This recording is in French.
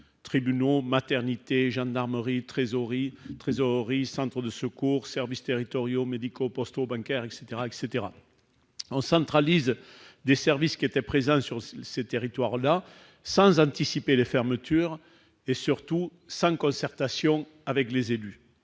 tribunaux, maternités, gendarmeries, trésoreries, centres de secours, services territoriaux, médicaux, postaux, bancaires, entre autres. On centralise des services qui étaient présents sur les territoires sans anticiper les fermetures et, surtout, sans concertation avec les élus.